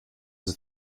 ist